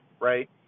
right